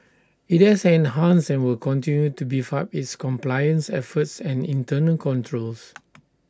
IT has enhanced and will continue to beef up its compliance efforts and internal controls